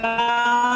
שיהיה